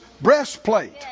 breastplate